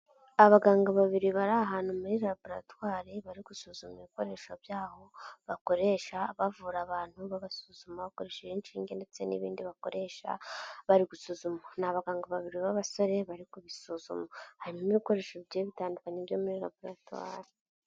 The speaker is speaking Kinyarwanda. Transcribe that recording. Abaganga babiri bari ahantu muri laboratwari bari gusuzuma ibikoresho by'aho bakoresha bavura abantu babasuzuma bakoresheje inshinge ndetse n'ibindi bakoresha bari gusuzuma. Ni abaganga babiri b'abasore bari kubisuzuma, harimo ibikoresho bigiye bitandukanye byo muri laboratwari.